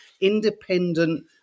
independent